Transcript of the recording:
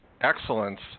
excellence